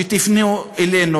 שתפנו אלינו,